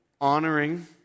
honoring